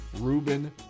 Ruben